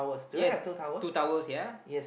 yes two towels ya